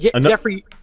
Jeffrey